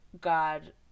God